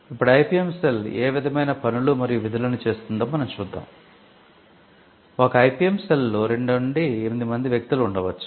ఇప్పుడు IPM cell లో 2 నుండి 8 మంది వ్యక్తులు ఉండవచ్చు